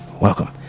welcome